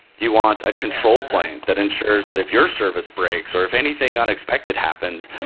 you want a control plan that ensures that if your service breaks, or if anything unexpected happens,